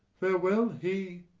farewell he!